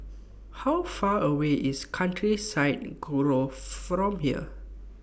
How Far away IS Countryside Grove from here